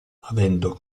avendo